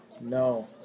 no